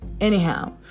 anyhow